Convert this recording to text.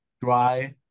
dry